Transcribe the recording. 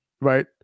right